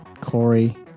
Corey